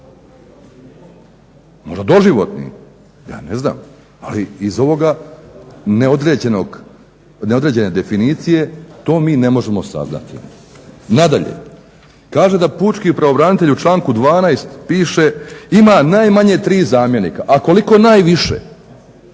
Možda doživotni, ja ne zna ali iz ove neodređene definicije to mi ne možemo saznati. Nadalje, kaže da pučki pravobranitelj u članku 12.piše ima najmanje tri zamjenika. A koliko najviše,